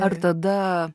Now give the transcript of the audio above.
ar tada